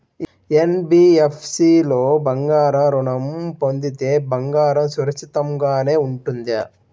NBFC లో బంగారు ఋణం పొందితే బంగారం సురక్షితంగానే ఉంటుందా?